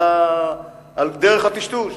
על דרך הטשטוש,